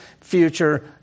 future